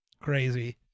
crazy